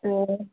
ꯑꯣ